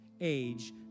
age